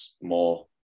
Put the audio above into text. more